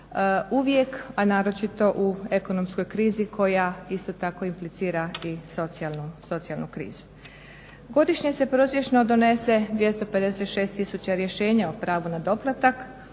uvijek a naročito u ekonomskoj krizi koja isto tako implicira i socijalnu krizu. Godišnje se prosječno donese 256 000 rješenja o pravu na doplatak,